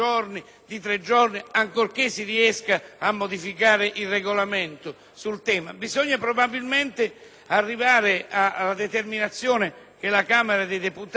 o tre giorni), ancorché si riesca a modificare il Regolamento sul tema, bisognerà probabilmente arrivare alla stessa determinazione assunta dalla Camera dei deputati,